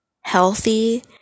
healthy